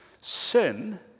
Sin